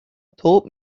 told